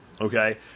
okay